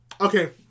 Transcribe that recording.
Okay